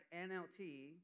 NLT